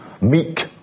meek